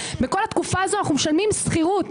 בכל התקופה הזאת אנחנו משלמים שכירות